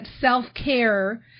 self-care